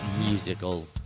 musical